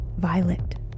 Violet